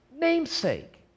namesake